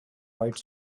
white